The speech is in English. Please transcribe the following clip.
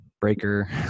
breaker